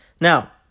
Now